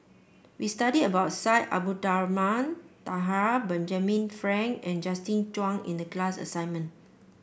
we studied about Syed Abdulrahman Taha Benjamin Frank and Justin Zhuang in the class assignment